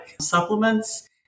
supplements